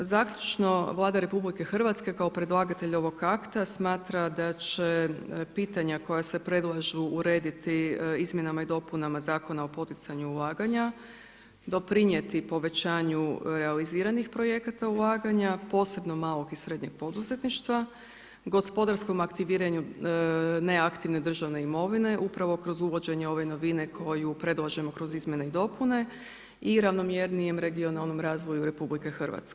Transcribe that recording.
Zaključno Vlada Republike Hrvatske kao predlagatelj ovog akta, smatra da će pitanja koja se predlažu urediti izmjenama i dopunama Zakona o poticanju ulaganja, doprinijeti povećanju realiziranih projekata ulaganja, posebno malog i srednjeg poduzetništava i gospodarskom aktiviranju neaktivne državne imovine, upravo kroz uvođenje ove novine, koju predlažemo kroz izmjene i dopune i ravnomjernijem regionalnom razvoju RH.